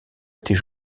était